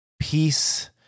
peace